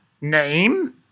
Name